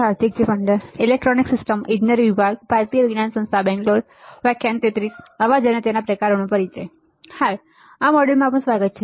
હાય આ મોડ્યુલમાં આપનું સ્વાગત છે